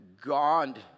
God